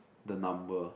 the number